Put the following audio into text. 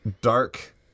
dark